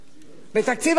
בתקציב הביטחון.